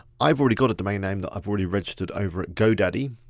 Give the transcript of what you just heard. i've already got a domain name that i've already registered over at godaddy.